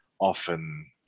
often